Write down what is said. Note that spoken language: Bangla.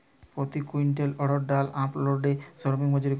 প্রতি কুইন্টল অড়হর ডাল আনলোডে শ্রমিক মজুরি কত?